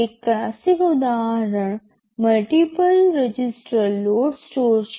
એક ક્લાસિક ઉદાહરણ multiple register load store છે